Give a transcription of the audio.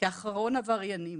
כאחרון העבריינים.